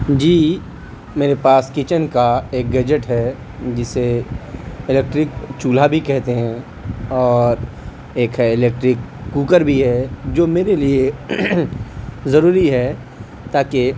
جی میرے پاس کچن کا ایک گجٹ ہے جسے الیکٹرک چولہا بھی کہتے ہیں اور ایک ہے الیکٹرک کوکر بھی ہے جو میرے لیے ضروری ہے تا کہ